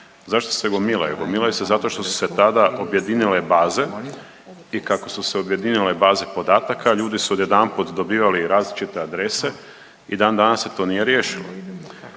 Zašto se gomilaju? Gomilaju se zato što su se tada objedinile baze i kako su se objedinile baze podataka ljudi su odjedanput dobivali različite adrese. I dan danas se to nije riješilo.